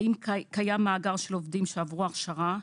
האם קיים מאגר של עובדים שעברו הכשרה?